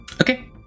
Okay